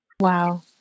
Wow